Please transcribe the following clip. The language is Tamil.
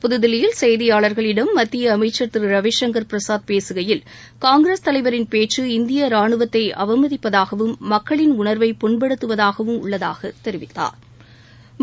புதுதில்லியில் செய்தியாளர்களிடம் மத்திய அமைச்சர் திரு ரவிசங்கர் பிரசாத் பேககையில் காங்கிரஸ் தலைவரின் பேச்சு இந்திய ரானுவத்தை அவமதிப்பதாகவும் மக்களின் உணர்வை புண்படுத்துவதாகவும் உள்ளதாக தெரிவித்தாா்